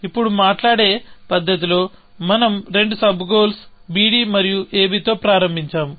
ఇప్పుడు మాట్లాడే పద్ధతిలో మనం రెండు సబ్ గోల్స్ bd మరియు abతో ప్రారంభించాము